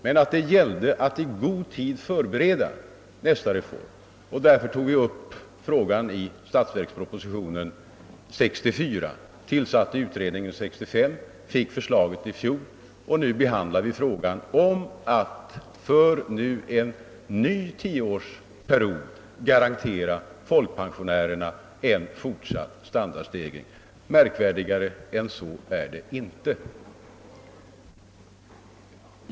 Men det gällde också att i god tid förbereda nästa reform, och vi tog därför upp frågan i statsverkspropositionen år 1964, tillsatte en utredning 1965 och fick dess förslag i fjol. Nu behandlar vi frågan om att för en ny tioårsperiod garantera folkpensionärerna en fortsatt standardstegring. Märkvärdigare än så är det inte.